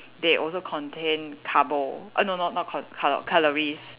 they also contain carbo err no no not col~ cal~ calories